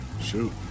Shoot